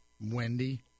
Wendy